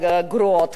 אין נקוו"ד,